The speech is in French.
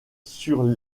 sur